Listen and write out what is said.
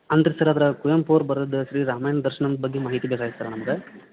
ಅಂದ್ರೆ ಸರ್ ಅದ್ರಾಗೆ ಕುವೆಂಪು ಅವ್ರು ಬರೆದಿದ್ದ ಶ್ರೀ ರಾಮಾಯಣ ದರ್ಶನಂ ಬಗ್ಗೆ ಮಾಹಿತಿ ಬೇಕಾಗಿತ್ ಸರ್ ನಮ್ಗೆ